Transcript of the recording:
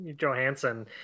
Johansson